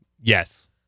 yes